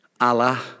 Allah